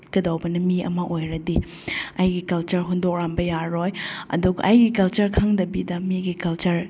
ꯀꯗꯧꯕꯅꯦ ꯃꯤ ꯑꯃ ꯑꯣꯏꯔꯗꯤ ꯑꯩꯒꯤ ꯀꯜꯆꯔ ꯍꯨꯟꯗꯣꯛꯑꯝꯕ ꯌꯥꯔꯣꯏ ꯑꯗꯨꯒ ꯑꯩꯒꯤ ꯀꯜꯆꯔ ꯈꯪꯗꯕꯤꯗ ꯃꯤꯒꯤ ꯀꯜꯆꯔ